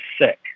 sick